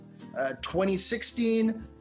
2016